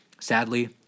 Sadly